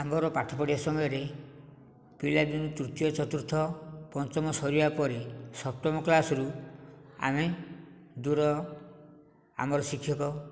ଆମର ପାଠ ପଢ଼ିବା ସମୟରେ ପିଲାଦିନେ ତୃତୀୟ ଚତୁର୍ଥ ପଞ୍ଚମ ସରିବା ପରେ ସପ୍ତମ କ୍ଲାସରୁ ଆମେ ଦୂର ଆମର ଶିକ୍ଷକ